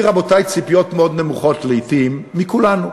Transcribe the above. לי, רבותי, יש ציפיות מאוד נמוכות, לעתים, מכולנו.